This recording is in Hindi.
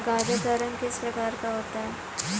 गाजर का रंग किस प्रकार का होता है?